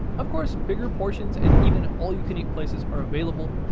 of course bigger portions and even all you can eat places are available,